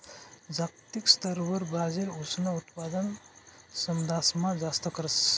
जागतिक स्तरवर ब्राजील ऊसनं उत्पादन समदासमा जास्त करस